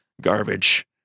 garbage